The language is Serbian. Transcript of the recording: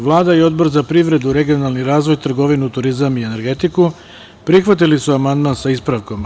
Vlada i Odbor za privredu, regionalni razvoj, trgovinu, turizam i energetiku prihvatili su amandman sa ispravkom.